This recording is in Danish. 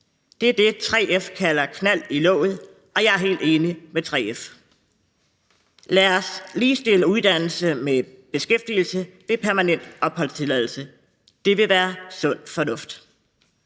Det er det, 3F kalder knald i låget, og jeg er helt enig med 3F. Lad os ligestille uddannelse med beskæftigelse i forhold til permanent opholdstilladelse. Det vil være sund fornuft.